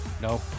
no